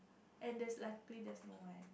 and there's luckily there's no one